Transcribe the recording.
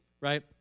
right